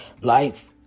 life